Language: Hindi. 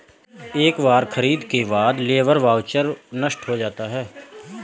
एक बार खरीद के बाद लेबर वाउचर नष्ट हो जाता है